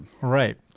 Right